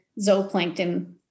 zooplankton